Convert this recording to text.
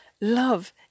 Love